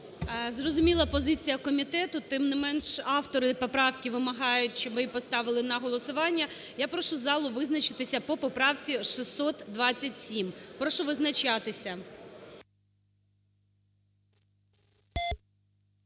Зрозуміла позиція комітету. Тим не менш, автори поправки вимагають, щоб їх поставили на голосування. Я прошу залу визначитися по поправці 627. Прошу визначатися.